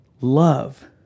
love